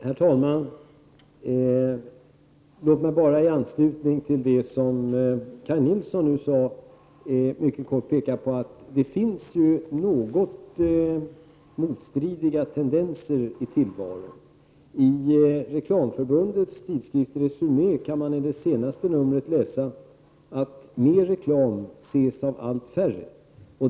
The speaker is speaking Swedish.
Herr talman! Låt mig bara i anslutning till det som Kaj Nilsson nu sade mycket kort peka på att det finns något motstridiga tendenser i tillvaron. I det senaste numret av Reklamförbundets tidskrift Resumé kan man läsa att mer reklam ses av allt färre.